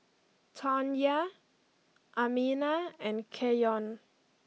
Tawnya Amina and Keyon